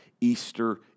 Easter